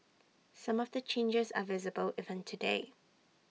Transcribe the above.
some of the changes are visible even today